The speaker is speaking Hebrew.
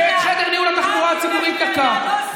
ואת חדר ניהול התחבורה הציבורית תקעת,